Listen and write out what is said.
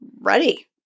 ready